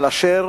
על אשר